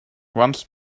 once